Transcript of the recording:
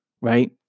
right